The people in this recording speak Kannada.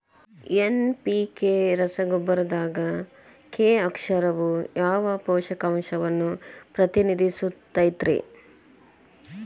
ಎನ್.ಪಿ.ಕೆ ರಸಗೊಬ್ಬರದಾಗ ಕೆ ಅಕ್ಷರವು ಯಾವ ಪೋಷಕಾಂಶವನ್ನ ಪ್ರತಿನಿಧಿಸುತೈತ್ರಿ?